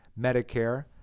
Medicare